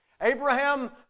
Abraham